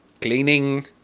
cleaning